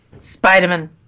Spider-Man